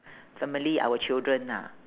family our children ah